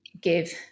give